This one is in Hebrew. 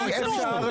לא נימקנו.